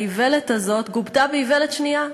האיוולת הזאת גובתה באיוולת שנייה,